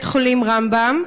בית-החולים רמב"ם,